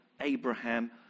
Abraham